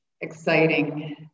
exciting